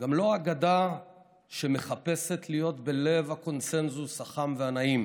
גם לא אגדה שמחפשת להיות בלב הקונסנזוס החם והנעים,